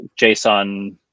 JSON